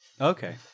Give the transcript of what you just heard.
Okay